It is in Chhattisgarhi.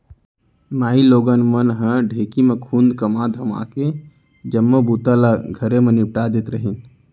माइलोगन मन ह ढेंकी म खुंद कमा धमाके जम्मो बूता ल घरे म निपटा देत रहिन